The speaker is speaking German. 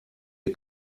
ihr